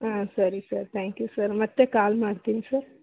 ಹಾಂ ಸರಿ sir thank you sir ಮತ್ತೆ ಕಾಲ್ ಮಾಡ್ತೀನಿ ಸರ್